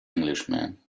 englishman